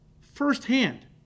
firsthand